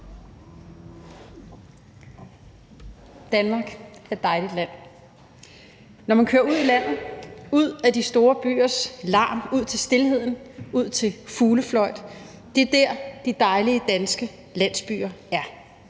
Danmark er et dejligt land. Når man kører ud i landet, ud af de store byers larm, ud til stilheden, ud til fuglefløjt, er det der, de dejlige danske landsbyer er.